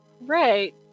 right